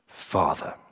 Father